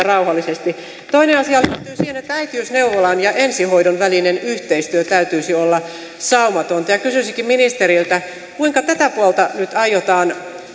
rauhallisesti toinen asia liittyy siihen että äitiysneuvolan ja ensihoidon välisen yhteistyön täytyisi olla saumatonta ja kysyisinkin ministeriltä kuinka tätä puolta nyt aiotaan